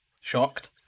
shocked